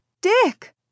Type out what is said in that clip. Dick